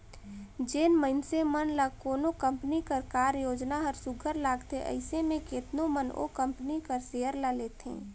जेन मइनसे मन ल कोनो कंपनी कर कारयोजना हर सुग्घर लागथे अइसे में केतनो मन ओ कंपनी कर सेयर ल लेथे